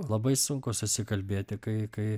labai sunku susikalbėti kai kai